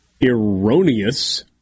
Erroneous